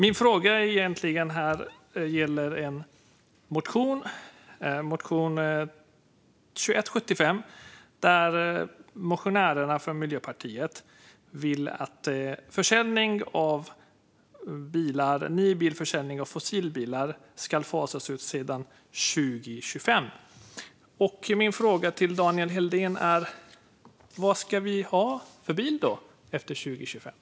I motionen 2022/23:2175 vill motionärerna från Miljöpartiet att nybilsförsäljning av fossilbilar ska fasas ut senast 2025. Min fråga till Daniel Helldén är: Vad ska vi ha för bilar efter 2025?